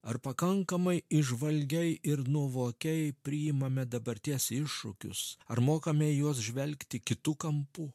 ar pakankamai įžvalgiai ir nuovokiai priimame dabarties iššūkius ar mokame į juos žvelgti kitu kampu